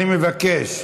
אני מבקש.